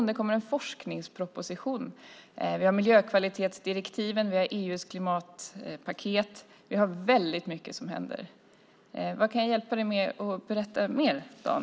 Och det kommer en forskningsproposition. Vi har miljökvalitetsdirektiven. Vi har EU:s klimatpaket. Det är väldigt mycket som händer. Vad kan jag hjälpa dig med mer och berätta om, Dan?